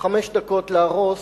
חמש דקות להרוס,